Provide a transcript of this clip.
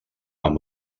amb